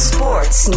Sports